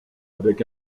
avec